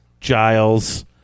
Giles